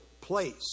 place